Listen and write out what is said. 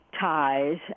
ties